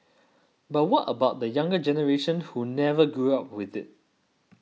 but what about the younger generation who never grew up with it